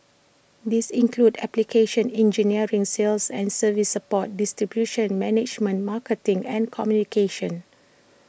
these include application engineering sales and service support distribution management marketing and communications